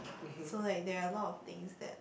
so like there are a lot of things that